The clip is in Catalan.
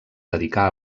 dedicà